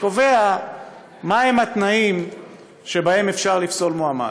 שקובע מה הם התנאים שבהם אפשר לפסול מועמד,